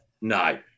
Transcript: No